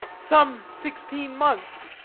some sixteen months,